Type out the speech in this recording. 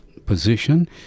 position